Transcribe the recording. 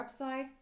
website